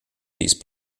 these